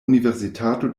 universitato